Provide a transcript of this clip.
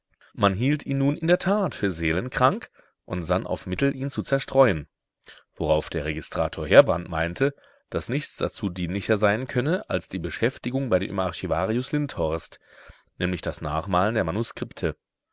man hielt ihn nun in der tat für seelenkrank und sann auf mittel ihn zu zerstreuen worauf der registrator heerbrand meinte daß nichts dazu dienlicher sein könne als die beschäftigung bei dem archivarius lindhorst nämlich das nachmalen der manuskripte